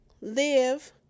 live